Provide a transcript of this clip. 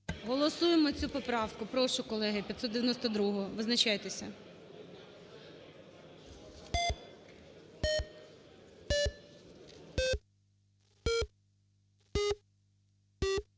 Голосуємо цю поправку. Прошу, колеги, 592-у. Визначайтеся.